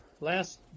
last